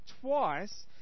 twice